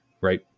right